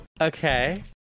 Okay